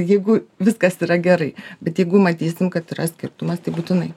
jeigu viskas yra gerai bet jeigu matysim kad yra skirtumas tai būtinai